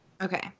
Okay